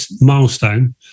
milestone